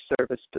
service